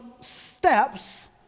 steps